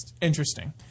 interesting